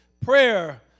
prayer